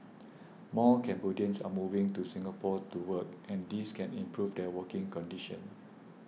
more Cambodians are moving to Singapore to work and this can improve their working conditions